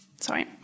Sorry